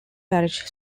parish